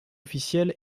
officiel